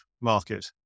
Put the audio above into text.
market